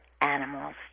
animals